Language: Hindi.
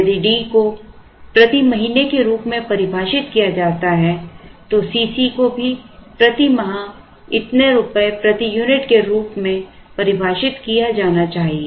यदि D को प्रति महीने के रूप में परिभाषित किया जाता है तो C c को भी प्रति माह इतने रुपये प्रति यूनिट के रूप में परिभाषित किया जाना चाहिए